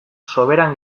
soberan